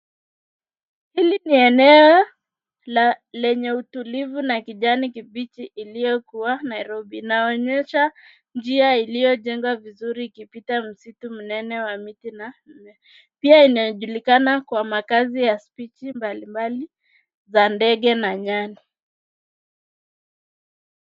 Hili ni eneo la lenye utulivu na kijani kibichi iliyokuwa Nairobi. Inaonyesha njia iliyojengwa vizuri ikipita msitu mnene wa miti na mimea. Pia inajulikana kwa makazi ya spichi mbalimbali za ndege na nyani